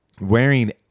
wearing